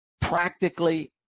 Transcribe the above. Practically